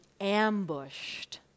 ambushed